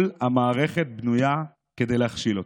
כל המערכת בנויה כדי להכשיל אותה.